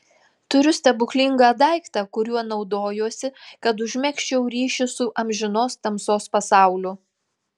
turiu stebuklingą daiktą kuriuo naudojuosi kad užmegzčiau ryšį su amžinos tamsos pasauliu